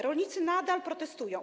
Rolnicy nadal protestują.